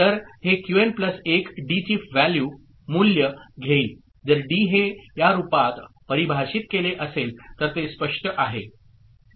तर हे QN plus 1 डीची व्हॅल्यू घेईल जर डी हे या रूपात परिभाषित केले असेल तर ते स्पष्ट आहे